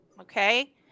Okay